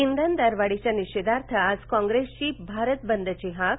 इंधन दरवाढीच्या निषेधार्थ आज कॉंग्रेसची भारत बंदची हाक